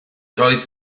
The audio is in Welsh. doedd